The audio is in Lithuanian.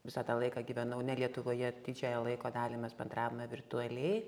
visą tą laiką gyvenau ne lietuvoje didžiąją laiko dalį mes bendravome virtualiai